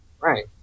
right